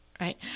right